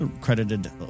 Credited